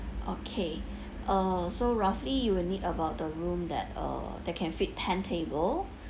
okay uh so roughly you will need about the room that uh that can fit ten table